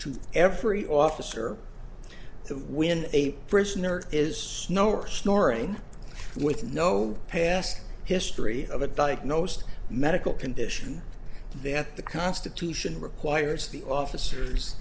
to every officer when a prisoner is snow or snoring with no past history of a diagnosed medical condition that the constitution requires the officers